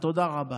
תודה רבה.